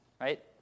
right